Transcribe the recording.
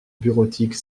bureautique